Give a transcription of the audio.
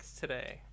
today